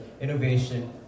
innovation